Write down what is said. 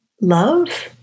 love